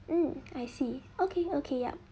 mm I see okay okay yup